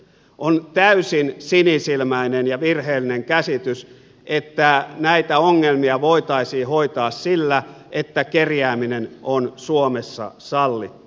on täysin sinisilmäinen ja virheellinen käsitys että näitä ongelmia voitaisiin hoitaa sillä että kerjääminen on suomessa sallittu